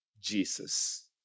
Jesus